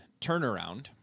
turnaround